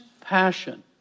passion